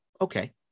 Okay